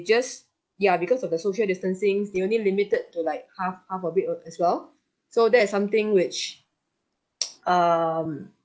just ya because of the social distancing they only limited to like half half of it uh as well so that is something which um